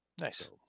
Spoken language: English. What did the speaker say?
Nice